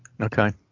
Okay